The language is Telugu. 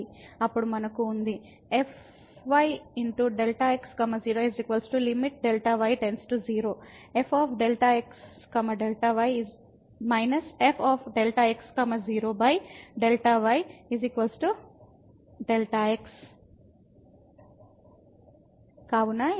అప్పుడు మనకు fy Δx 0 Δy 0 fΔ x Δ y f Δ x 0Δy Δx ఇది Δx